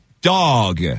Dog